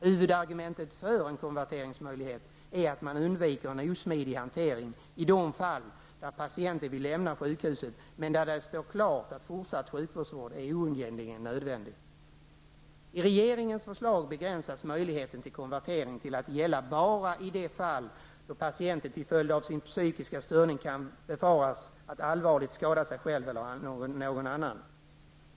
Huvudargumentet för en konverteringsmöjlighet är att man undviker en osmidig hantering i de fall där patienten vill lämna sjukhuset men det står klart att fortsatt sjukhusvård är oundgängligen nödvändig. I regeringens förslag begränsas möjligheten till konvertering till att gälla bara i de fall då patienten till följd av sin psykiska störning kan befaras att allvarligt skada sig själv eller någon annan.